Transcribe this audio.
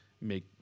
make